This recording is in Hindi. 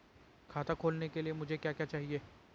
खाता खोलने के लिए मुझे क्या क्या चाहिए?